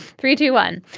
three, two, one.